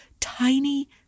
tiny